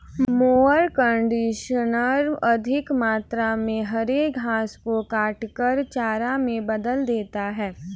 mower conditioner अधिक मात्रा में हरे घास को काटकर चारा में बदल देता है